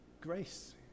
grace